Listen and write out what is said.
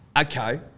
Okay